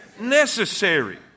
Necessary